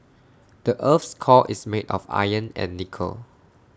the Earth's core is made of iron and nickel